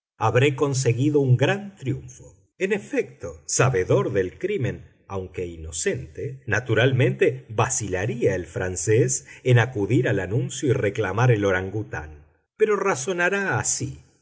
habré conseguido un gran triunfo en efecto sabedor del crimen aunque inocente naturalmente vacilaría el francés en acudir al anuncio y reclamar el orangután pero razonará así